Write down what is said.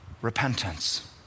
repentance